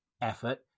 effort